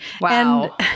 Wow